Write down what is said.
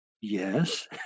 yes